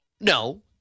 no